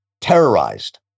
terrorized